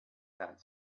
that